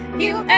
you